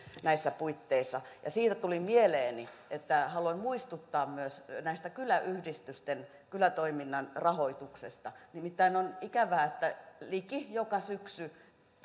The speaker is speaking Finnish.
näissä puitteissa siitä tuli mieleeni että haluan muistuttaa myös näiden kyläyhdistysten kylätoiminnan rahoituksesta nimittäin on ikävää että liki joka syksy